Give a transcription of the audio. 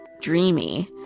dreamy